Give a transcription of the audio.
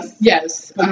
Yes